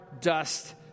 dust